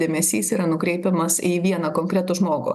dėmesys yra nukreipiamas į vieną konkretų žmogų